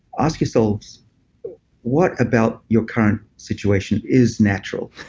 ask yourselves what about your current situation is natural?